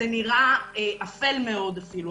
זה נראה אפל מאוד אפילו,